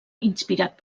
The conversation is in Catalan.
inspirat